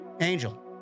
angel